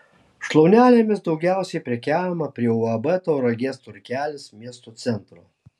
šlaunelėmis daugiausiai prekiaujama prie uab tauragės turgelis miesto centro